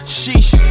sheesh